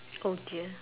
oh dear